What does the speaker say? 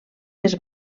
les